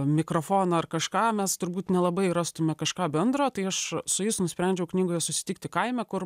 mikrofoną ar kažką mes turbūt nelabai rastume kažką bendro tai aš su jais nusprendžiau knygoje susitikti kaime kur